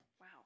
Wow